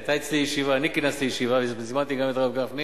אני כינסתי ישיבה והזמנתי גם את הרב גפני